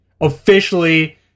officially